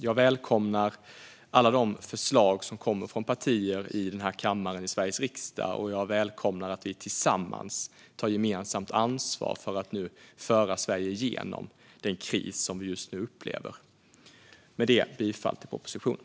Jag välkomnar alla de förslag som kommer från partierna i denna kammare i Sveriges riksdag, och jag välkomnar att vi tillsammans tar ett gemensamt ansvar för att föra Sverige genom den kris som vi just nu upplever. Med detta yrkar jag bifall till propositionen.